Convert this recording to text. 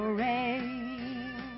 rain